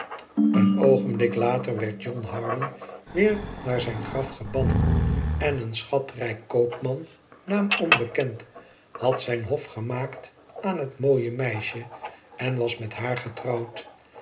een oogenblik later werd johnharmon weer naar zijn graf gebannen en een schatrijke koopman naam onbekend had zijn hof gemaakt aan het mooie meisje en was met haar etrouwd